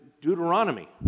Deuteronomy